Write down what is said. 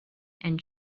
and